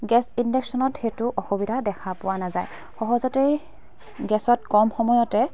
gas ইনডাকচনত সেইটো অসুবিধা দেখা পোৱা নাযায় সহজতেই গেছত কম সময়তে